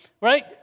right